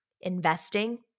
Investing